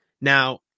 now